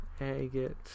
Agate